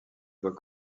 voit